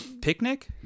Picnic